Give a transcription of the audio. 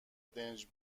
دنج